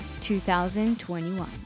2021